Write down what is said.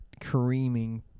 creaming